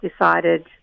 decided